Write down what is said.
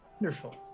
wonderful